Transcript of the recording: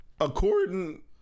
According